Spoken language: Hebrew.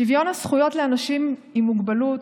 שוויון הזכויות לאנשים עם מוגבלות,